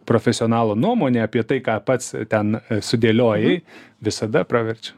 profesionalo nuomonė apie tai ką pats ten sudėliojai visada praverčia